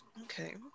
Okay